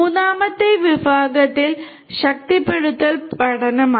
മൂന്നാമത്തെ വിഭാഗം ശക്തിപ്പെടുത്തൽ പഠനമാണ്